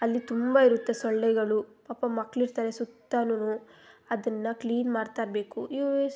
ಅಲ್ಲಿ ತುಂಬ ಇರುತ್ತೆ ಸೊಳ್ಳೆಗಳು ಪಾಪ ಮಕ್ಕಳಿರ್ತಾರೆ ಸುತ್ತಲು ಅದನ್ನು ಕ್ಲೀನ್ ಮಾಡ್ತಾಯಿರಬೇಕು ಇವಿಷ್ಟು